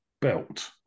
belt